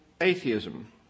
atheism